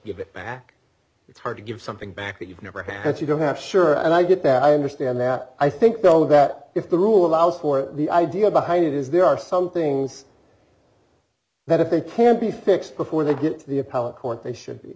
give it back it's hard to give something back that you've never had you don't have sure and i get that i understand that i think though that if the rule allows for the idea behind it is there are some things that if they can be fixed before they get to the appellate court they should be